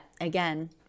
again